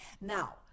Now